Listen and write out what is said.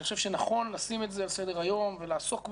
אני חושב שנכון לשים את זה על סדר-היום ולעסוק בזה,